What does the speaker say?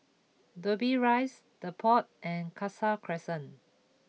Dobbie Rise the Pod and Khalsa Crescent